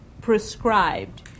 prescribed